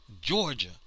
Georgia